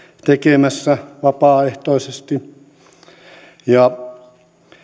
tekemässä vapaaehtoisesti ja